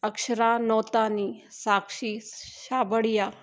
Akshara Nautani Sakshi Chhabria